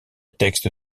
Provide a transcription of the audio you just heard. texte